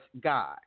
God